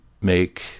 make